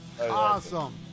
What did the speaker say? Awesome